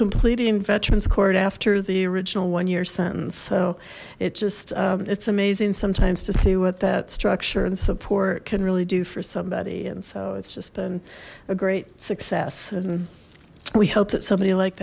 completing veterans court after the original one year sentence so it just it's amazing sometimes to see what that structure and support can really do for somebody and so it's just been a great success and we hope that somebody like